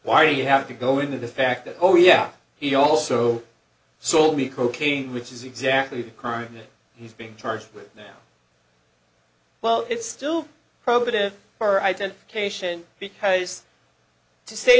why do you have to go into the fact that oh yeah he also sold me cocaine which is exactly the crime that he's being charged with now well it's still probative for identification because to say